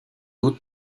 doute